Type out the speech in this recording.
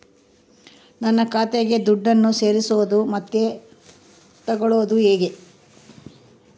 ನನ್ನ ಖಾತೆಗೆ ದುಡ್ಡನ್ನು ಸೇರಿಸೋದು ಮತ್ತೆ ತಗೊಳ್ಳೋದು ಹೇಗೆ?